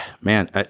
man